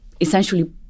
essentially